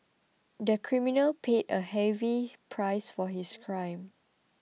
the criminal paid a heavy price for his crime